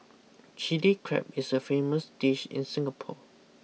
Chilli Crab is a famous dish in Singapore